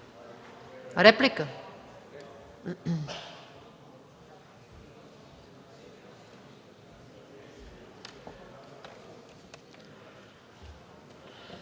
реплика.